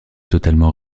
totalement